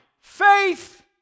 faith